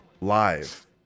live